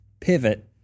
Pivot